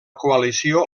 coalició